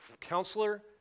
counselor